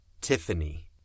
Tiffany